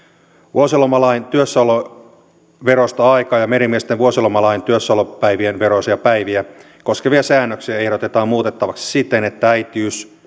vuosilomalain työssäolon veroista aikaa ja merimiesten vuosilomalain työssäolopäivien veroisia päiviä koskevia säännöksiä ehdotetaan muutettavaksi siten että äitiys